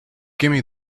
gimme